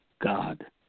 God